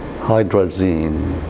hydrazine